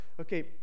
okay